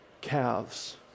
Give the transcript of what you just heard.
calves